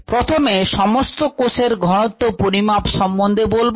প্রথমে সমস্ত কোষের ঘনত্ব পরিমাপ সম্বন্ধে বলবো